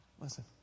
Listen